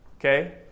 okay